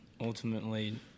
ultimately